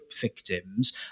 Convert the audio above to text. victims